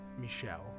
Michelle